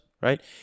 right